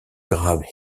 graham